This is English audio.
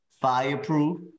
Fireproof